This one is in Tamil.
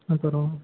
அப்பறம்